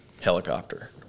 helicopter